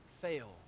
fail